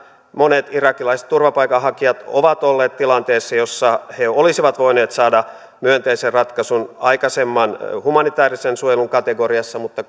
monet irakilaiset turvapaikanhakijat ovat olleet tilanteessa jossa he olisivat voineet saada myönteisen ratkaisun aikaisemmassa humanitäärisen suojelun kategoriassa mutta